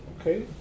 okay